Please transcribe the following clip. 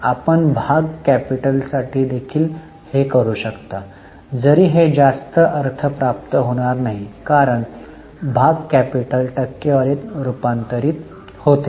तर आपण भाग कॅपिटलसाठी देखील हे करू शकतो जरी हे जास्त अर्थ प्राप्त होणार नाही कारण भाग कॅपिटल टक्केवारीत रूपांतरित होते